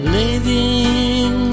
living